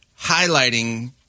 highlighting